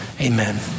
Amen